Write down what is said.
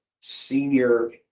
senior